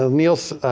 ah neil's